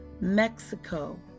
Mexico